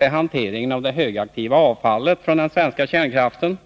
gäller hanteringen av det högaktiva avfallet från den svenska kärnkraftsproduktionen.